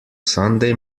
sunday